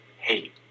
hate